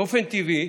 באופן טבעי